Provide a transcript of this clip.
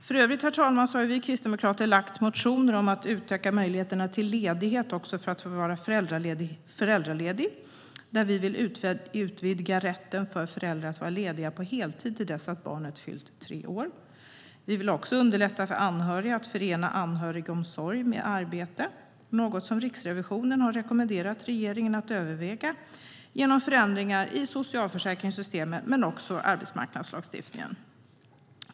För övrigt, herr talman, har vi kristdemokrater lagt fram motioner om att utöka möjligheterna att vara ledig också till att vara föräldraledig. Vi vill utvidga rätten för föräldrar att vara lediga på heltid till dess att barnet fyllt tre år. Vi vill också underlätta för anhöriga att förena anhörigomsorg med arbete, något som Riksrevisionen har rekommenderat regeringen att överväga, genom förändringar i socialförsäkringssystemen men också i arbetsmarknadslagstiftningen.